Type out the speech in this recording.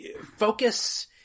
focus